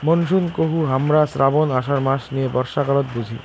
monsoon কহু হামরা শ্রাবণ, আষাঢ় মাস নিয়ে বর্ষাকালত বুঝি